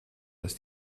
dass